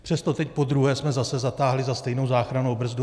Přesto teď podruhé jsme zase zatáhli za stejnou záchrannou brzdu.